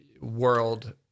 world